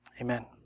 amen